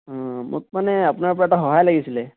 অঁ মোক মানে আপোনাৰ পৰা এটা সহায় লাগিছিলে